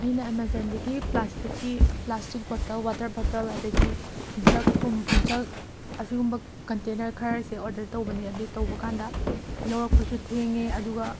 ꯑꯩꯅ ꯑꯦꯃꯖꯣꯟꯗꯒꯤ ꯄ꯭ꯂꯥꯁꯇꯤꯛꯀꯤ ꯄ꯭ꯂꯥꯁꯇꯤꯛ ꯕꯣꯇꯜ ꯋꯥꯇꯔ ꯕꯇꯜ ꯑꯗꯒꯤ ꯖꯛꯀꯨꯝ ꯖꯛ ꯑꯁꯤꯒꯨꯝꯕ ꯀꯟꯇꯦꯅꯔ ꯈꯔꯁꯦ ꯑꯣꯔꯗꯔ ꯇꯧꯕꯅꯦ ꯑꯗꯨ ꯇꯧꯕ ꯀꯥꯟꯗ ꯌꯧꯔꯛꯄꯁꯨ ꯊꯦꯡꯉꯦ ꯑꯗꯨꯒ